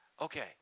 Okay